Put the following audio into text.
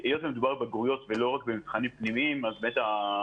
היות שמדובר בבגרויות ולא רק במבחנים פנימיים אז הקריטריונים